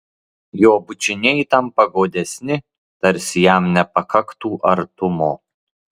jo bučiniai tampa godesni tarsi jam nepakaktų artumo